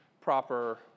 proper